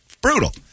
Brutal